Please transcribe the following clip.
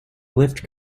lift